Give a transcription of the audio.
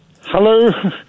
Hello